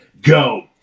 Go